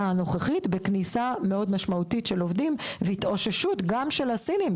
הנוכחית בכניסה מאוד משמעותית של עובדים והתאוששות גם של הסינים.